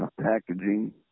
Packaging